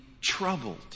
troubled